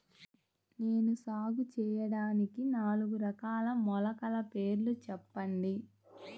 నేను సాగు చేయటానికి నాలుగు రకాల మొలకల పేర్లు చెప్పండి?